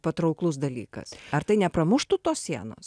patrauklus dalykas ar tai nepramuštų tos sienos